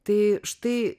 tai štai